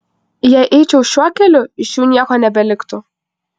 jei eičiau šiuo keliu iš jų nieko nebeliktų